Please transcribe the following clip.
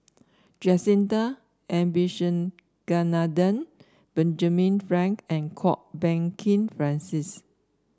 Jacintha Abisheganaden Benjamin Frank and Kwok Peng Kin Francis